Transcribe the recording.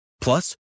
Plus